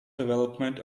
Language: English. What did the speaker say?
development